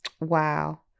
Wow